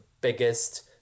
biggest